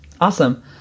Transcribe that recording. awesome